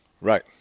Right